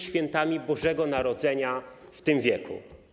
świętami Bożego Narodzenia w tym wieku.